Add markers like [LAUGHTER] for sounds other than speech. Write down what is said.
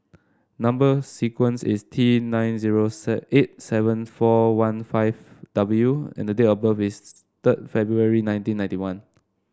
number sequence is T nine zero [UNINTELLIGIBLE] eight seven four one five W and the date of birth is [NOISE] third February nineteen ninety one